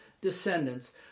descendants